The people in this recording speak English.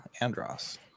Andros